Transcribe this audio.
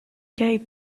gave